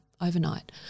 overnight